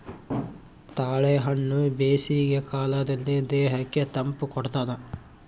ತಾಳೆಹಣ್ಣು ಬೇಸಿಗೆ ಕಾಲದಲ್ಲಿ ದೇಹಕ್ಕೆ ತಂಪು ಕೊಡ್ತಾದ